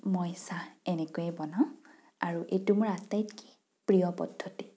মই চাহ এনেকৈয়ে বনাওঁ আৰু এইটো মোৰ আটাইতকৈ প্ৰিয় পদ্ধতি